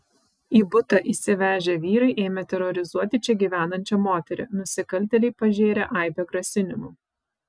į butą įsivežę vyrai ėmė terorizuoti čia gyvenančią moterį nusikaltėliai pažėrė aibę grasinimų